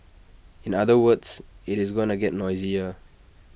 in other words IT is going to get noisier